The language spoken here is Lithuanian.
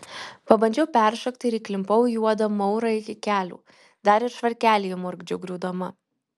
pabandžiau peršokti ir įklimpau į juodą maurą iki kelių dar ir švarkelį įmurkdžiau griūdama